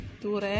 Ture